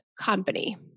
company